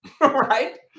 right